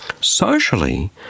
Socially